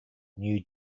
new